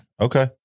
Okay